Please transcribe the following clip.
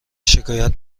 شکایت